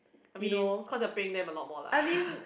I mean cause they are paying them a lot more lah haha